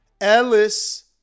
Ellis